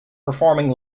performing